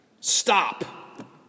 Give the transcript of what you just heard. Stop